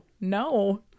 no